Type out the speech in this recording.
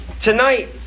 tonight